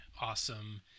awesome